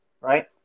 right